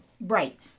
Right